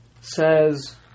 says